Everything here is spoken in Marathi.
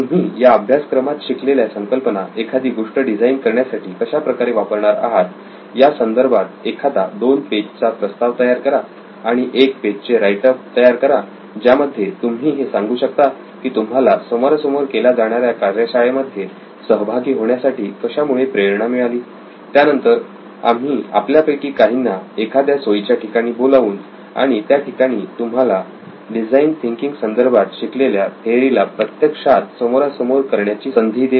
तुम्ही या अभ्यासक्रमात शिकलेल्या संकल्पना एखादी गोष्ट डिझाईन करण्यासाठी कशाप्रकारे वापरणार आहात यासंदर्भात एखादा 2 पेज चा प्रस्ताव तयार करा आणि एक पेज चे राईट अप तयार करा ज्यामध्ये तुम्ही हे सांगू शकता की तुम्हाला समोरासमोर केल्या जाणाऱ्या कार्यशाळे मध्ये सहभागी होण्यासाठी कशामुळे प्रेरणा मिळाली त्यानंतर आम्ही आपल्यापैकी काहींना एखाद्या सोयीच्या ठिकाणी बोलावून आणि त्या ठिकाणी तुम्हाला डिझाईन थिंकिंग संदर्भात शिकलेल्या थेअरी ला प्रत्यक्षात समोरासमोर करण्याची संधी देऊ